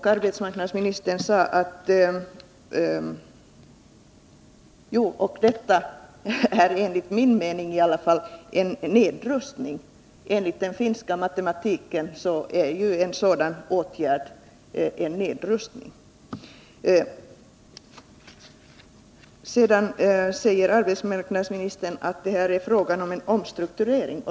Enligt min mening är en sådan åtgärd en nedrustning — det gäller i varje fall enligt den finska matematiken. Därefter sade arbetsmarknadsministern att det är fråga om en omstrukturering.